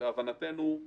להבנתנו,